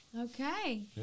Okay